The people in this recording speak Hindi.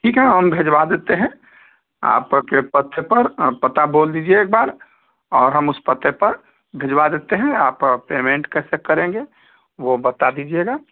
ठीक है हम भेजवा देते हैं आपके पथ पर पता बोल दीजिए एक बार और हम उस पते पर भिजवा देते हैं आप पेमेंट कैसे करेंगे वो बता दीजिएगा